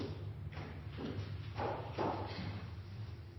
Ja,